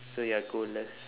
so you are goalless